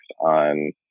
on